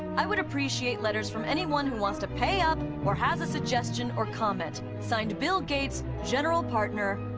i would appreciate letters from anyone who wants to pay up, or has a suggestion or comment. signed bill gates, general partner,